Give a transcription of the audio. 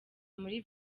muri